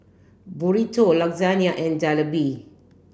Burrito Lasagna and Jalebi